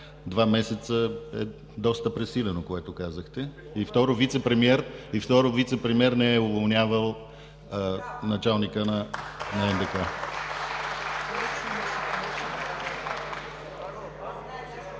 „Два месеца“ е доста пресилено, което казахте. И, второ, вицепремиер не е уволнявал началника на НДК.